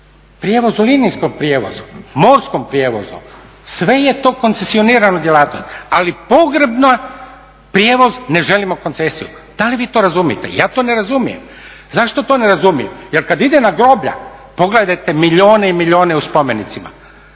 Prijevoz u … prijevozu, morskom prijevozu, sve je to koncesionirana djelatnost, ali na pogrebni prijevoz ne želimo koncesiju. Da li vi to razumijete? Ja to ne razumijem. Zašto to ne razumijem, jel kada idem na groblja pogledajte milijune i milijune u spomenicima,